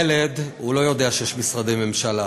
ילד, הוא לא יודע שיש משרדי ממשלה.